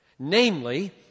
Namely